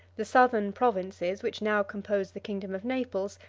the southern provinces, which now compose the kingdom of naples,